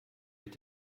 mit